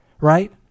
right